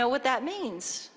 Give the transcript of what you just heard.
know what that means